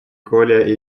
коля